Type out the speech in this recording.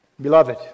Beloved